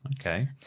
okay